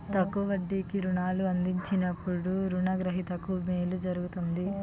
తక్కువ వడ్డీకి రుణాలు అందించినప్పుడు రుణ గ్రహీతకు మేలు జరుగుతుంది